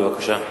בבקשה.